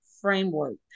framework